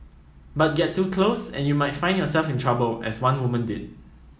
but get too close and you might find yourself in trouble as one woman did